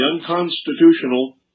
unconstitutional